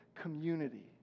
community